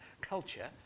culture